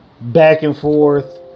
back-and-forth